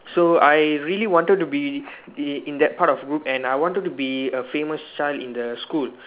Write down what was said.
so I really wanted to be in in that part of group and I wanted to be a famous child in the school